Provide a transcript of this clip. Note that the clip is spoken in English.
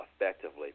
effectively